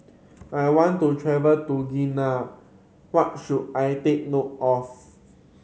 I want to travel to Guinea what should I take note of